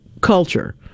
culture